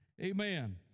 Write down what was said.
amen